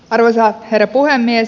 arvoisa herra puhemies